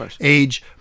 age